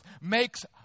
makes